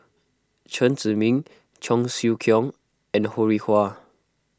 Chen Zhiming Cheong Siew Keong and Ho Rih Hwa